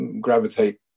gravitate